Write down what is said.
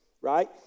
Right